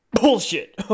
Bullshit